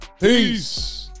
peace